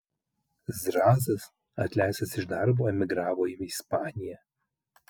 zrazas atleistas iš darbo emigravo į ispaniją